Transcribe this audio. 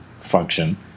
function